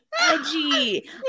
edgy